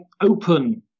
open